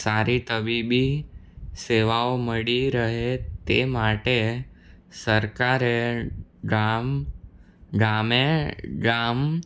સારી તબીબી સેવાઓ મળી રહે તે માટે સરકારે ગામ ગામે ગામ